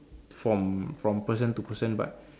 from from person to person but